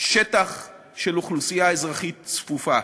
שטח של אוכלוסייה אזרחית צפופה.